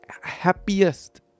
happiest